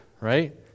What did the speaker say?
right